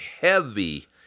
heavy